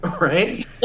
Right